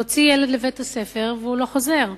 להוציא ילד לבית-הספר והוא לא חוזר,